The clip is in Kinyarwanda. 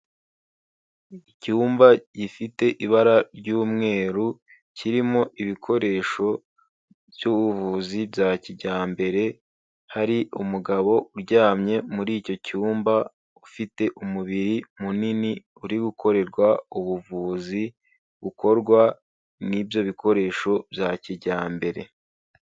Icyumba gifite ibara ry'umweru, kirimo ibikoresho by'ubuvuzi bya kijyambere, hari umugabo uryamye muri icyo cyumba ufite umubiri munini uri gukorerwa ubuvuzi, bukorwa n'ibyo bikoresho bya kijyambere.